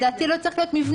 לדעתי, לא צריך להיות "מבנה".